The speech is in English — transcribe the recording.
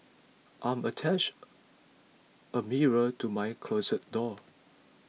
I'm attached a mirror to my closet door